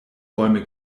bäume